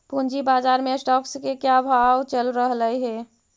पूंजी बाजार में स्टॉक्स के क्या भाव चल रहलई हे